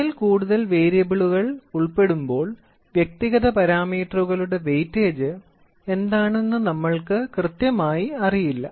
ഒന്നിൽ കൂടുതൽ വേരിയബിളുകൾ ഉൾപ്പെടുമ്പോൾ വ്യക്തിഗത പാരാമീറ്ററുകളുടെ വെയിറ്റേജ് എന്താണെന്ന് നമ്മൾക്ക് കൃത്യമായി അറിയില്ല